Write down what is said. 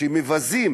שמבזים